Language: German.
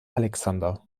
alexander